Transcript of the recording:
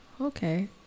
okay